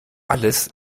alles